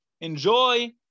enjoy